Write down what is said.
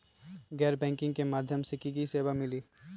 गैर बैंकिंग के माध्यम से की की सेवा मिली?